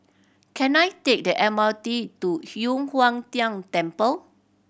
can I take the M R T to Yu Huang Tian Temple